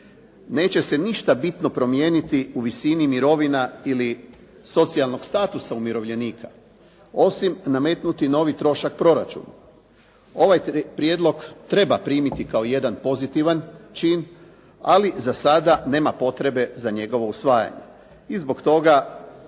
neće se ništa bitno promijeniti u visini mirovina ili socijalnog statusa umirovljenika, osim nametnuti novi trošak proračuna. Ovaj prijedlog treba primiti kao jedan pozitivan čin, ali za sada nema potrebe za njegovo usvajanje.